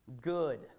good